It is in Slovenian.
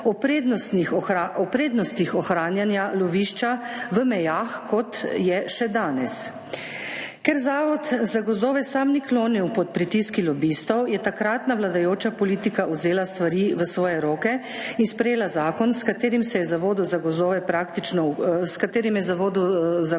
o prednostih ohranjanja lovišča v mejah, kot je še danes. Ker Zavod za gozdove sam ni klonil pod pritiski lobistov je takratna vladajoča politika vzela stvari v svoje roke in sprejela zakon, s katerim je Zavodu za gozdove praktično